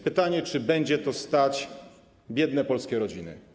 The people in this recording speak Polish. Pytanie, czy będzie na to stać biedne polskie rodziny.